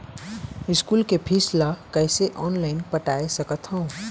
School के fees ला कैसे ऑनलाइन पटाए सकत हव?